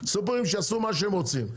סופרים שיעשו מה שהם רוצים,